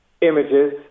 images